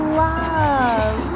love